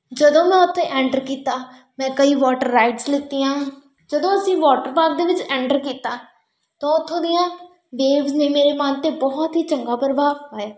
ਜਦੋਂ ਮੈਂ ਉੱਥੇ ਐਂਟਰ ਕੀਤਾ ਮੈਂ ਕਈ ਵੋਟਰ ਰਾਈਡਸ ਲਿੱਤੀਆਂ ਜਦੋਂ ਅਸੀਂ ਵੋਟਰ ਪਾਰਕ ਦੇ ਵਿੱਚ ਐਂਟਰ ਕੀਤਾ ਤਾਂ ਉੱਥੋਂ ਦੀਆਂ ਬੇਵਜ ਨੇ ਮੇਰੇ ਮਨ 'ਤੇ ਬਹੁਤ ਹੀ ਚੰਗਾ ਪ੍ਰਭਾਵ ਪਾਇਆ